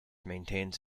maintains